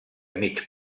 mig